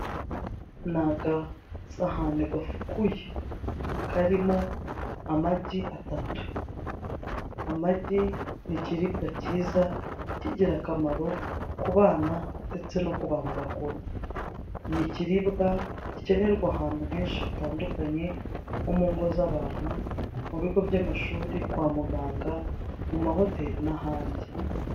Ni agasahani gafukuye karimo amagi atatu amagi ni ikiribwa kiza k'ingirakamaro ku bana ndetse no ku bantu bakuru ni ikiribwa gikenerwa ahantu henshi hatandukanye nko mungo z'amantu, mu bigo by'amashuri kwa mugsanga, mu mahoteli n'ahandi.